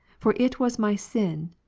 for it was my sin,